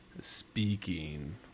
speaking